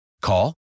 Call